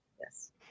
Yes